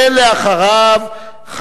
ואחריו,